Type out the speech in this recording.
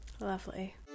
Lovely